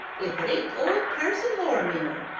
if it ain't old parson lorimer!